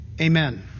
Amen